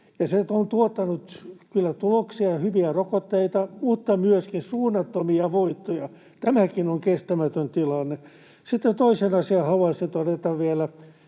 se on tuottanut kyllä tuloksia ja hyviä rokotteita, mutta myöskin suunnattomia voittoja. Tämäkin on kestämätön tilanne. Sitten toisen asian haluaisin todeta vielä.